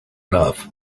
enough